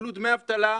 קבלו דמי אבטלה,